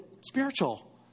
spiritual